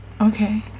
Okay